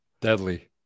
deadly